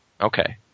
Okay